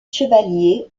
chevalier